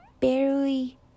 barely